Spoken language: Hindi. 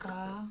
का